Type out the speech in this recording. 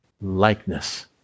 Likeness